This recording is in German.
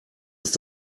ist